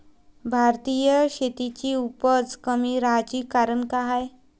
भारतीय शेतीची उपज कमी राहाची कारन का हाय?